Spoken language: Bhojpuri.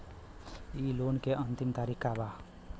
इ लोन के अन्तिम तारीख का बा?